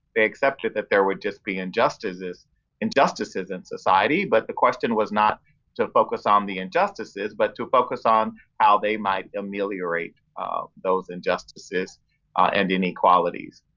they accepted that there would just be injustices injustices in society, but the question was not to focus on um the injustices, but to focus on how they might ameliorate um those injustices and inequalities.